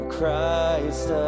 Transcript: Christ